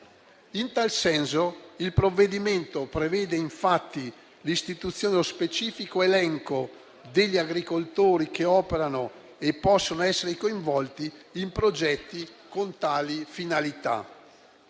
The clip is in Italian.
In tal senso, il provvedimento prevede infatti l'istituzione dello specifico elenco degli agricoltori che operano e possono essere coinvolti in progetti con tali finalità.